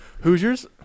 Hoosiers